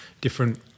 different